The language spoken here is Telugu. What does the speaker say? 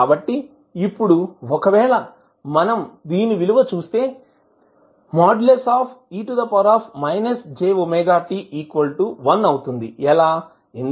కాబట్టి ఇప్పుడు ఒకవేళ మనం దీని విలువ చుస్తే అవుతుంది ఎలా